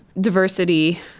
diversity